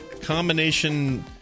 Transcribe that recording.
Combination